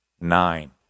nine